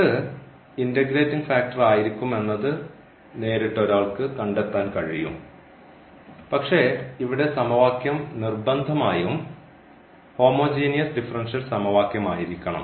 ഇത് integrating factor ആയിരിക്കും എന്നത് നേരിട്ട് ഒരാൾക്ക് കണ്ടെത്താൻ കഴിയും പക്ഷേ ഇവിടെ സമവാക്യം നിർബന്ധമായും ഹോമോജീനിയസ് ഡിഫറൻഷ്യൽ സമവാക്യമായിരിക്കണം